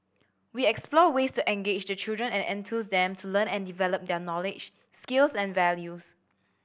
we explore ways to engage the children and enthuse them to learn and develop their knowledge skills and values